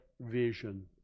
vision